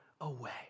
away